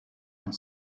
and